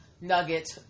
nugget